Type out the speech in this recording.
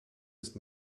ist